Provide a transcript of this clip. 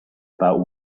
about